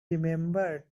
remembered